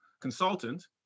consultant